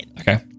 Okay